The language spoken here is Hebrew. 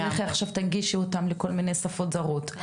אז לכי עכשיו תנגישי אותם לכל מיני שפות זרות.